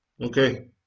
Okay